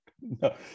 No